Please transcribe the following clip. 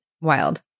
wild